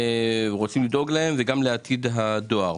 רוצים לדאוג להם וגם לעתיד הדואר.